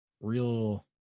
real